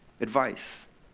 advice